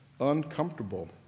uncomfortable